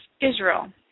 Israel